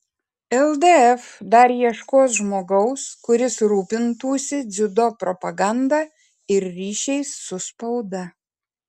ldf dar ieškos žmogaus kuris rūpintųsi dziudo propaganda ir ryšiais su spauda